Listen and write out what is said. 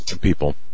people